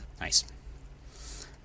Nice